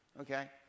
Okay